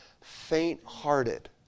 faint-hearted